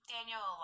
Daniel